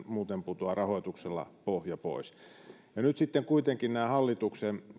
muuten putoaa rahoitukselta pohja pois nyt sitten kuitenkin hallituksen